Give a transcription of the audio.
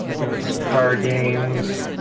and go for some card games.